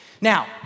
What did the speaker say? Now